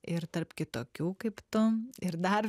ir tarp kitokių kaip tu ir dar